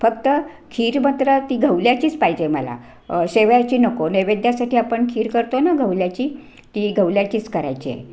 फक्त खीर मात्र ती गव्हल्याचीच पाहिजे मला शेवयाची नको नैवेद्यासाठी आपण खीर करतो ना गव्हल्याची ती गव्हल्याचीच करायची आहे